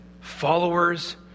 followers